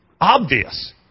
obvious